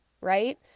Right